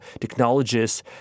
technologies